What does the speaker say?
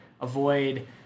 avoid